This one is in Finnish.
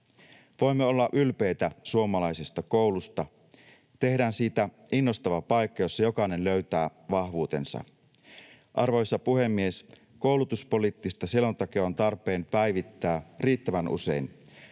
Voimme olla ylpeitä suomalaisesta koulusta. Tehdään siitä innostava paikka, jossa jokainen löytää vahvuutensa. Arvoisa puhemies! Koulutuspoliittista selontekoa on tarpeen päivittää riittävän usein.